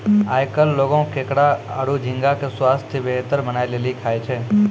आयकल लोगें केकड़ा आरो झींगा के स्वास्थ बेहतर बनाय लेली खाय छै